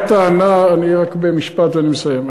רק משפט ואני מסיים.